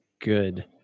good